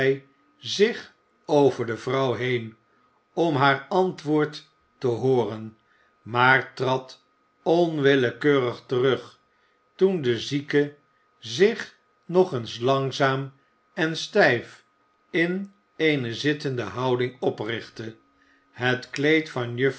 zich over de vrouw heen om haar antwoord te hooren maar trad onwillekeurig terug toen de zieke zich nog eens langzaam en stijf in eene zittende houding oprichtte het kleed van